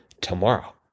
tomorrow